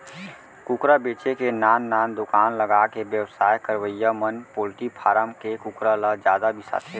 कुकरा बेचे के नान नान दुकान लगाके बेवसाय करवइया मन पोल्टी फारम के कुकरा ल जादा बिसाथें